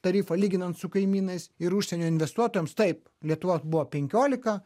tarifą lyginant su kaimynais ir užsienio investuotojams taip lietuvoj buvo penkiolika